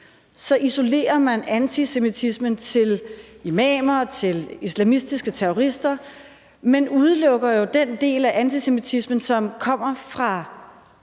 så isolerer man antisemitismen til imamer og islamistiske terrorister, men man udelukker jo den del af antisemitismen, som kommer fra